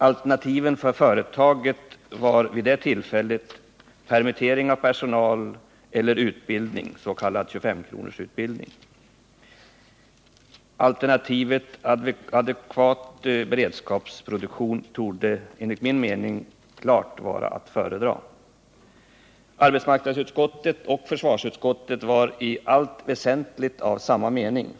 Alternativen för företaget var vid det tillfället: permittering av personal eller utbildning, s.k. 25-kronorsutbildning. Alternativet adekvat beredskapsproduktion är enligt min mening klart att föredra. Arbetsmarknadsutskottet och försvarsutskottet var i allt väsentligt av samma mening.